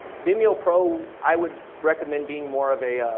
vimeo pro i would recommend being more of a